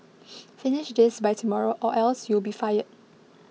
finish this by tomorrow or else you'll be fired